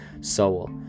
soul